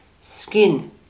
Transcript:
skin